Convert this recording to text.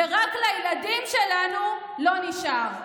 ורק לילדים שלנו לא נשאר.